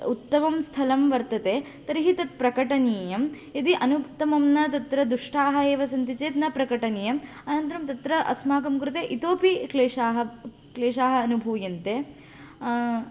उतत्मं स्थलं वर्तते तर्हि तत् प्रकटनीयं यदि अनुत्तमं न तत्र दुष्टाः एव सन्ति चेत् न प्रकटनीयम् अनन्तरं तत्र अस्माकं कृते इतोपि क्लेशाः क्लेशाः अनुभूयन्ते